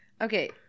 Okay